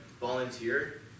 volunteer